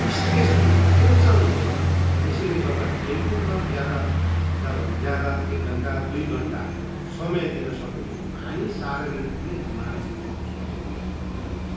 stress हुँदैन tension हुँदैन र यसैले गर्दा खेलकुदमा ज्यादा ज्यादा एक घन्टा दुई घन्टा समय दिनसक्यो भने मानिस शारीरिक रूपले अनि मानसिक रूपले स्वस्थ्य हुनजान्छ